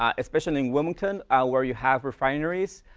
ah especially in wilmington, ah where you have refineries.